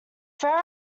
ferrer